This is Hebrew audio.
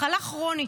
מחלה כרונית.